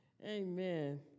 Amen